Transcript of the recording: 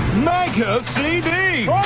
mega cd